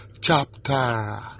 chapter